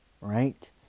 right